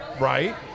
Right